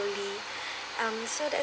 um so that